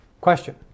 Question